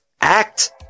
act